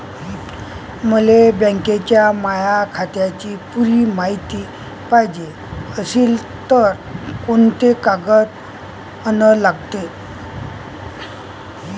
मले बँकेच्या माया खात्याची पुरी मायती पायजे अशील तर कुंते कागद अन लागन?